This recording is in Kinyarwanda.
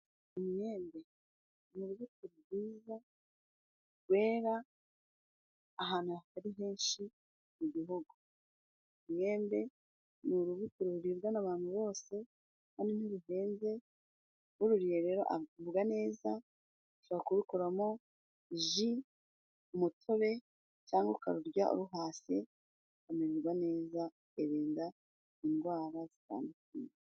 Imyembe ni urubuto rwiza rwera ahantu hatari henshi mu gihugu . Umwembe ni urubuto ruribwa n'abantu bose kandi ntiruhenze ururiye rero agubwa neza ashobora kurukoramo ji , umutobe cyangwa ukarurya uruhase ukamererwa neza ukirinda indwara zitandukanye.